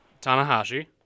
Tanahashi